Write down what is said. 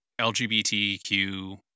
LGBTQ